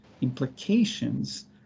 implications